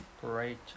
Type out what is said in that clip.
great